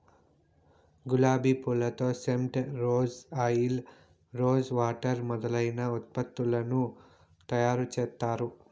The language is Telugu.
గులాబి పూలతో scent, rose oil, rose water మొదలైన ఉత్పత్తులను తయారు చేత్తారు